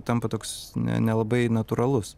tampa toks ne nelabai natūralus